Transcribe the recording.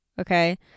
okay